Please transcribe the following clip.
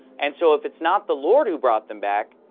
and so if it's not the lord who brought them back,